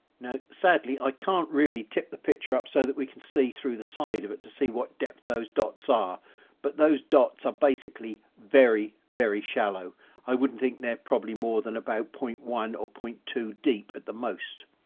now sadly i can't really tip the picture up so that we can see through the side of it to see what depth those dots are but those dots are basically very very shallow i wouldn't think they're probably more than about point one or point two deep at the most.